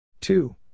Two